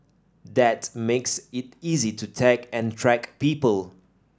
that makes it easy to tag and track people